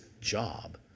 job